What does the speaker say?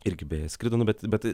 irgi beje skrido nu bet bet